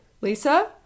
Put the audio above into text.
Lisa